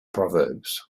proverbs